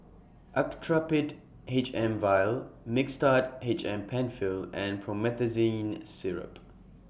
Actrapid H M Vial Mixtard H M PenFill and Promethazine Syrup